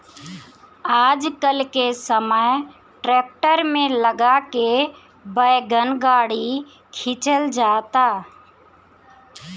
आजकल के समय ट्रैक्टर में लगा के वैगन गाड़ी खिंचल जाता